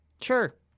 Sure